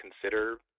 consider